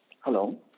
Hello